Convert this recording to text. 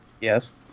Yes